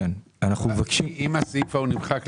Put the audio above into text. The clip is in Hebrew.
אם הסעיף ההוא נמחק,